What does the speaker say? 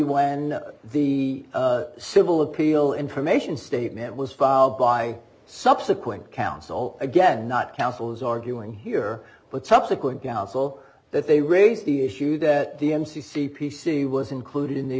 when the civil appeal information statement was filed by subsequent counsel again not counsel's arguing here but subsequent counsel that they raised the issue that the m c c p c was included in the